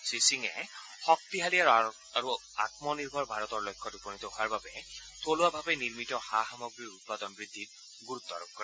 শ্ৰীসিঙে শক্তিশালী আৰু আমনিৰ্ভৰ ভাৰতৰ লক্ষ্যত উপনীত হোৱাৰ বাবে থলুৱাভাৱে নিৰ্মিত সা সামগ্ৰীৰ উৎপাদন বৃদ্ধিত গুৰুত্ব আৰোপ কৰে